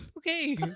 Okay